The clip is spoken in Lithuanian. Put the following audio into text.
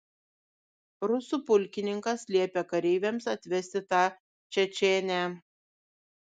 rusų pulkininkas liepė kareiviams atvesti tą čečėnę